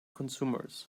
consumers